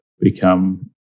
become